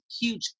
huge